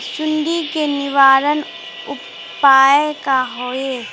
सुंडी के निवारण उपाय का होए?